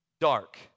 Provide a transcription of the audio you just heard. dark